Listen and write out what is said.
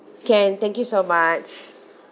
can thank you so much